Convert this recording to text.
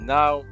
now